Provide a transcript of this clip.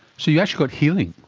so you actually got healing?